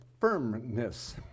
firmness